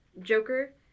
Joker